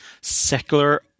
secular